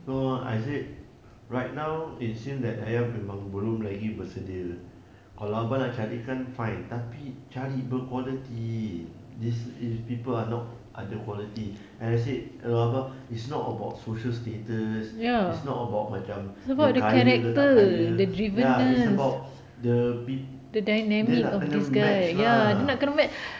so I said right now it seem that dayah memang belum lagi bersedia kalau abah nak carikan fine tapi cari berkualiti this if people are not are ada quality and I said pada abah it's not about social status it's not about macam kaya tak kaya ya it's about the peop~ dia nak kena match ah